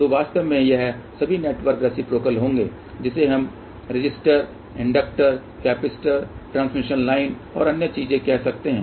तो वास्तव में ये सभी नेटवर्क रेसिप्रोकल होंगे जिसे हम resistor inductor capacitor transmission line और अन्य चीज कह सकते है